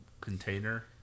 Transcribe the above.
container